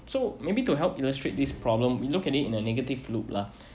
so maybe to help illustrate this problem we looked at it in a negative loop lah